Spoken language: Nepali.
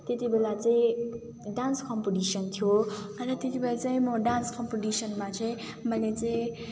त्यति बेला चाहिँ डान्स कम्पिटिसन थियो अन्त त्यति बेला चाहिँ म डान्स कम्पिटिसनमा चाहिँ मैले चाहिँ